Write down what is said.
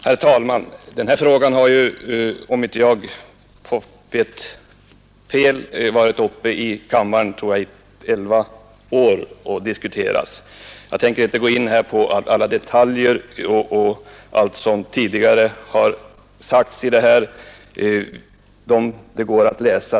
Herr talman! Den här frågan har, om jag inte är fel underrättad, varit uppe till diskussion under elva år och därvid ingående belysts från olika sidor. Jag tänker därför inte nu gå in på alla detaljer och allt som tidigare sagts. Det finns ju att läsa i riksdagens protokoll.